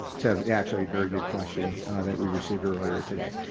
to actually very good question that we received earlier today.